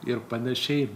ir panašiai